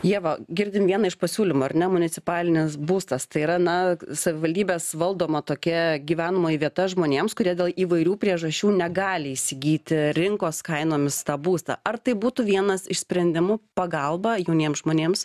ieva girdim vieną iš pasiūlymų ar ne municipalinis būstas tai yra na savivaldybės valdoma tokia gyvenamoji vieta žmonėms kurie dėl įvairių priežasčių negali įsigyti rinkos kainomis tą būstą ar tai būtų vienas iš sprendimų pagalba jauniem žmonėms